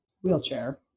wheelchair